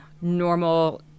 normal